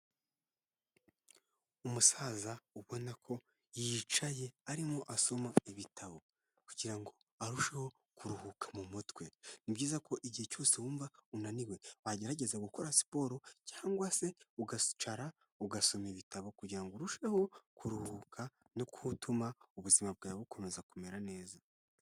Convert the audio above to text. Umusaza ubona ko yicaye arimo asoma ibitabo kugira ngo arusheho kuruhuka mu mutwe, ni byiza ko igihe cyose wumva unaniwe wagerageza gukora siporo cyangwa se ukicara ugasoma ibitabo kugira ngo urusheho kuruhuka no gutuma ubuzima bwawe bukomeza kumera neza.